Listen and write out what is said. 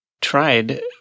tried